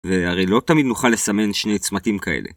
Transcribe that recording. והרי לא תמיד נוכל לסמן שני צמתים כאלה